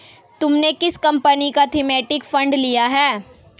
तुमने किस कंपनी का थीमेटिक फंड लिया है?